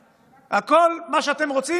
וגם בחקיקה שאתם רוצים